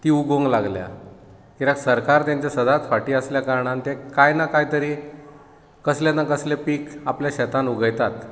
ती उगूंक लागल्यांत कित्याक सरकार तेंच्या सदांच फाटी आसल्या कारणान ते कांय ना कांय तरी कसले ना कसले पीक आपल्या शेतान उगयतात